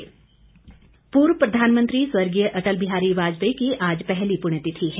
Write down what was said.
अटल पूर्व प्रधानमंत्री स्वर्गीय अटल बिहारी वाजपेयी की आज पहली पुण्यतिथि है